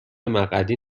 مقعدی